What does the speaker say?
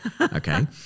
Okay